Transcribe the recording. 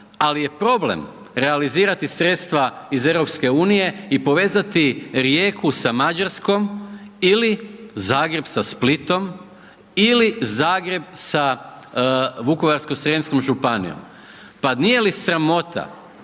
Ali je problem realizirati sredstva iz EU i povezati Rijeku sa Mađarskom ili Zagreb sa Splitom ili Zagreb sa Vukovarsko srijemskom županijom. Pa nije li sramota,